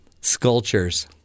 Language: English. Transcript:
Sculptures